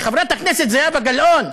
חברת הכנסת זהבה גלאון,